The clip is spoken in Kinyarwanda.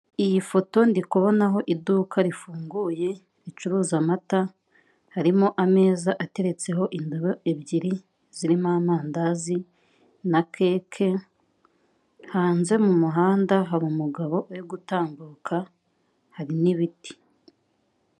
Iyi foto ndikubonaho iduka rifunguye ricuruza amata, harimo ameza ateretseho indabo ebyiri zirimo amandazi na kake, hanze mu muhanda hari umugabo uri gutambuka, hari n'ibiti.